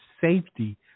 safety